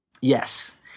Yes